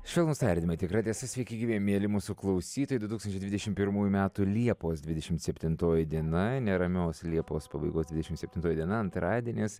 švelnūs tardymai tikra tiesa sveiki gyvi mieli mūsų klausytojai du tūkstančiai dvidešimt pirmųjų metų liepos dvidešimt septintoji diena neramios liepos pabaigos dvidešimt septintoji diena antradienis